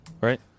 Right